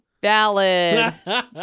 Ballad